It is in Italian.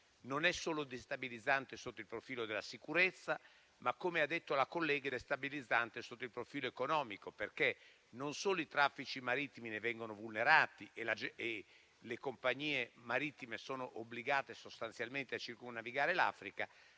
Houti è destabilizzante sotto il profilo non solo della sicurezza ma - come ha detto la collega - anche economico, perché non solo i traffici marittimi ne vengono vulnerati e le compagnie marittime sono obbligate sostanzialmente a circumnavigare l'Africa,